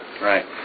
Right